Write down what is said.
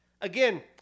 Again